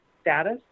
status